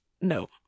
no